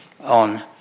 on